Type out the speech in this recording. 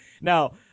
Now